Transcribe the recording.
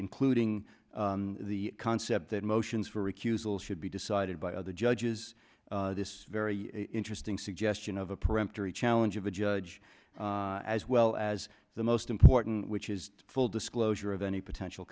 including the concept that motions for recusal should be decided by other judges this very interesting suggestion of a peremptory challenge of a judge as well as the most important which is full disclosure of any potential